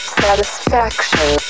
satisfaction